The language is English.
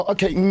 Okay